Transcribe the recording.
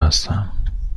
هستم